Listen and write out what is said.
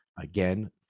Again